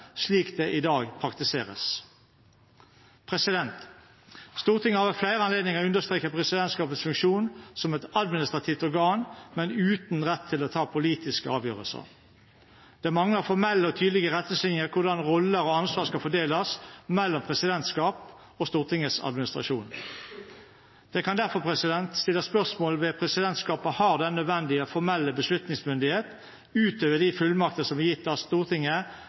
slik det i dag praktiseres. Stortinget har ved flere anledninger understreket presidentskapets funksjon som et administrativt organ, men uten rett til å ta politiske avgjørelser. Det mangler formelle og tydelige retningslinjer for hvordan roller og ansvar skal fordeles mellom presidentskap og Stortingets administrasjon. Det kan derfor stilles spørsmål ved om presidentskapet har den nødvendige formelle beslutningsmyndighet utover de fullmakter som er gitt av Stortinget